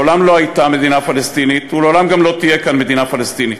מעולם לא הייתה מדינה פלסטינית ולעולם גם לא תהיה כאן מדינה פלסטינית.